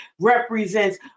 represents